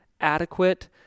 adequate